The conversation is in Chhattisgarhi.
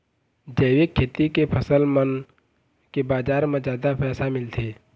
जैविक खेती के फसल मन के बाजार म जादा पैसा मिलथे